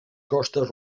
costes